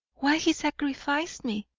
why he sacrificed me,